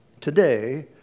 today